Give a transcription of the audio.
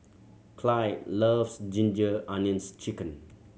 Clide loves Ginger Onions Chicken